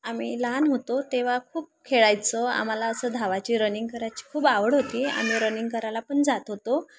आम्ही लहान होतो तेव्हा खूप खेळायचो आम्हाला असं धावायची रनिंग करायची खूप आवड होती आम्ही रनिंग करायला पण जात होतो